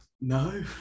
No